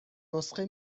نسخه